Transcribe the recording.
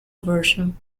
version